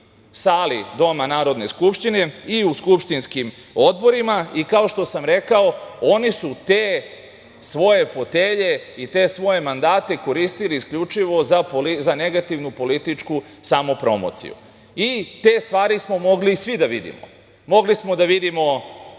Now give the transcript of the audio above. sali Doma Narodne skupštine i u skupštinskim odborima i, kao što sam rekao, oni su te svoje fotelje i te svoje mandate koristili isključivo za negativnu političku samopromociju. Te stvari smo mogli svi da vidimo. Mogli smo da vidimo